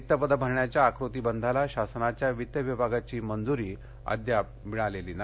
रिक्त पदे भरण्याच्या आकृतीबंधाला शासनाच्या वित्त विभागाची मंजुरी अद्याप मिळालेली नाही